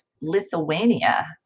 Lithuania